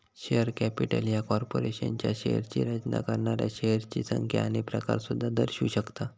share capital ह्या कॉर्पोरेशनच्या शेअर्सची रचना करणाऱ्या शेअर्सची संख्या आणि प्रकार सुद्धा दर्शवू शकता